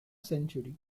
century